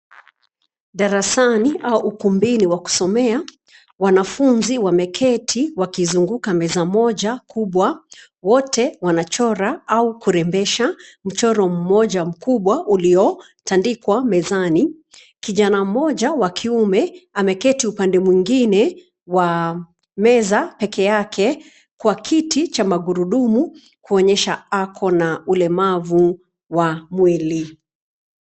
Darasani au ukumbini wa kusomea, wanafunzi wameketi wakizunguka meza moja kubwa. Wote wanachora au kurembesha mchoro mmoja mkubwa uliotandikwa mezani. Mtoto mmoja wa kiume ameketi upande mwingine wa meza pekee yake Kwa kitu cha magurudumu kuonyesha ana ulemavu wa mwili.